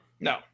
No